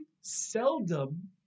seldom